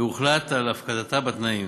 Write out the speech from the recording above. והוחלט על הפקדה בתנאים.